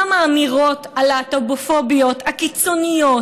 גם האמירות הלהט"בופוביות הקיצוניות,